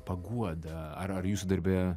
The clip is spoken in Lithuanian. paguodą ar ar jūsų darbe